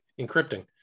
encrypting